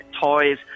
toys